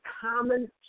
common